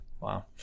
Wow